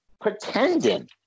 pretending